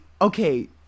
okay